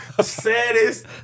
Saddest